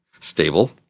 stable